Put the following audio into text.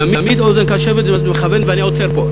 תמיד אוזן קשבת ויד מכוונת" ואני עוצר פה.